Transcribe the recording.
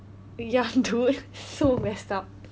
ya dude so messed up